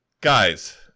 Guys